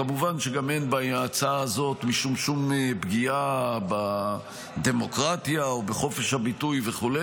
כמובן שגם אין בהצעה הזאת משום פגיעה בדמוקרטיה או בחופש הביטוי וכו'.